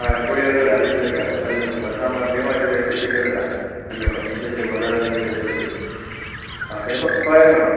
ആ അരിപ്പൊടിയൊക്കെ എല്ലാ സെറ്റ് ആക്കാം എല്ലാമുണ്ട് സാമ്പാറിൻ്റെയും മറ്റേത് രസത്തിൻ്റെ അല്ലേ എല്ലാം ഉണ്ടാവും വെജിറ്റബിൾ മസാല എല്ലാം ഉണ്ട് സെറ്റ് ഉണ്ട് ആ നിനക്ക് സോയാബീൻ വേണോ